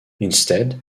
instead